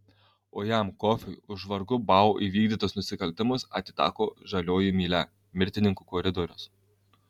o jam kofiui už vargu bau įvykdytus nusikaltimus atiteko žalioji mylia mirtininkų koridorius